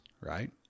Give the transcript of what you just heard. right